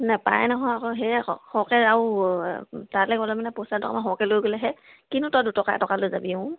নাপায় নহয় আকৌ সেয়ে আকৌ সৰহকৈ আৰু তালৈ গ'লে মানে পইচা দুটকামান সৰহকৈ লৈ গ'লেহে কিনো তই দুটকা এটকা লৈ যাবি অঁ